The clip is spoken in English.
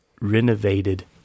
renovated